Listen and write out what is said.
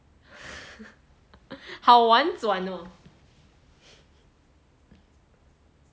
好婉转哦